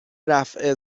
رفع